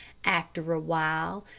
after a while,